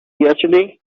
yesterday